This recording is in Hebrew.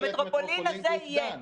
המטרופולין הזה יהיה,